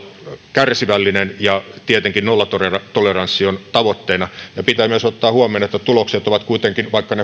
kärsivällinen ja tietenkin nollatoleranssi on tavoitteena pitää myös ottaa huomioon että tulokset ovat kuitenkin vaikka